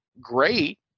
Great